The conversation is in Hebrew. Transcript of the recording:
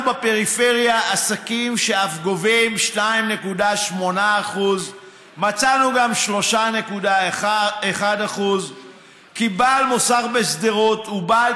בפריפריה עסקים שאף גובים 2.8% מצאנו גם 3.1% כי בעל מוסך בשדרות ובעל